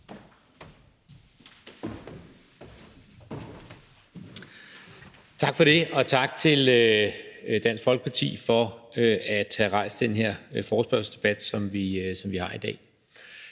Tak for det, og tak til Dansk Folkeparti for at have rejst den her forespørgselsdebat, som vi har i dag.